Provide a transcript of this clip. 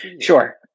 Sure